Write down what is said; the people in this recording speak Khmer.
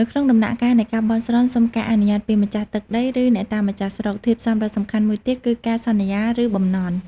នៅក្នុងដំណើរការនៃការបន់ស្រន់សុំការអនុញ្ញាតពីម្ចាស់ទឹកដី ឬអ្នកតាម្ចាស់ស្រុក ធាតុផ្សំដ៏សំខាន់មួយទៀតគឺការសន្យា ឬបំណន់។